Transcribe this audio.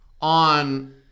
On